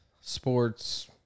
sports